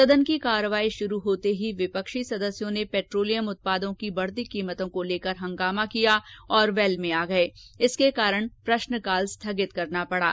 सदन की कार्यवाही शुरू होते ही विपक्षी सदस्यों ने पेट्रोलियम उत्पादों की बढती कीमतों को लेकर हंगामा किया और वैले में आ गये जिसके कारण प्रश्नकाल स्थगित करना पडा